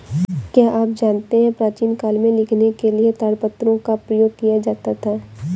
क्या आप जानते है प्राचीन काल में लिखने के लिए ताड़पत्रों का प्रयोग किया जाता था?